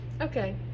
Okay